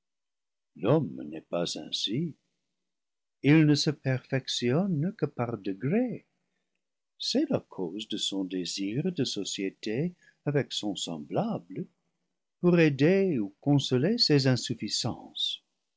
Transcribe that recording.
l'homme n'est pas ainsi il ne se perfec tionne que par degrés c'est la cause de son désir de société avec son semblable pour aider ou consoler ses insuffisances